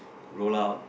roll out